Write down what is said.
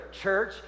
church